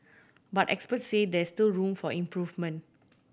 but experts say there is still room for improvement